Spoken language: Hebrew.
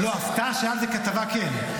הפתעה שהייתה על זה כתבה, כן.